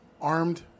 Armed